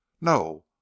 no